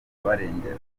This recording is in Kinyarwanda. abarengera